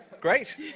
great